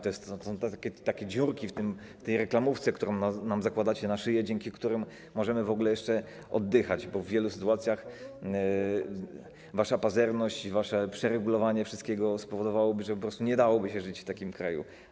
To są takie dziurki w tej reklamówce, która nam zakładacie na szyję, dzięki którym możemy w ogóle jeszcze oddychać, bo w wielu sytuacjach wasza pazerność i wasze przeregulowanie wszystkiego spowodowałyby, że po prostu nie dałoby się żyć w takim kraju.